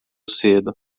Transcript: cedo